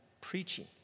Preaching